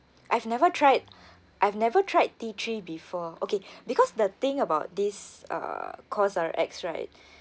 I've never tried I've never tried tea tree before okay because the thing about this uh Cosrx right